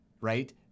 right